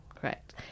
Correct